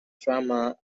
drama